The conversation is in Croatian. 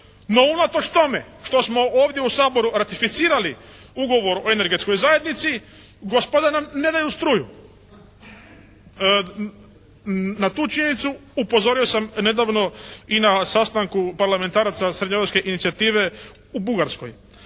No, unatoč tome što smo ovdje u Saboru ratificirali ugovor o energetskoj zajednici gospoda nam ne daju struju. Na tu činjenicu upozorio sam nedavno i na sastanku parlamentaraca srednje europske inicijative u Bugarskoj.